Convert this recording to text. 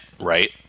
right